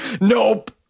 Nope